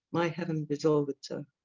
my heaven dissolved but